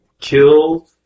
killed